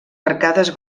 arcades